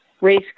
race